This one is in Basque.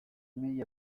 mila